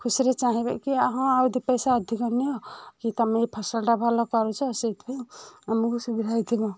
ଖୁସିରେ ଚାହିଁବେ କି ହଁ ଆଉ ଦି ପଇସା ଅଧିକ ନିଅ କି ତମେ ଏଇ ଫସଲଟା ଭଲ କରୁଛ ସେଇଥିପାଇଁ ଆମକୁ ସୁବିଧା ହେଇଥିବ